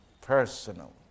Personal